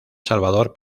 salvador